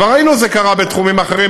כבר ראינו שזה קרה בתחומים אחרים,